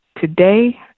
today